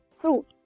fruit